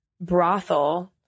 brothel